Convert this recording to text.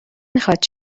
میخواد